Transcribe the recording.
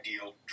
ideal